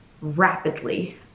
rapidly